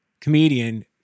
comedian